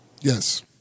Yes